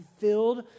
filled